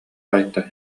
айта